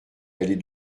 aller